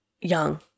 young